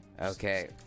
Okay